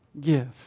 give